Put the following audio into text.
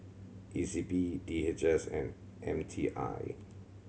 E C P D H S and M T I